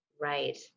Right